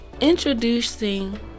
introducing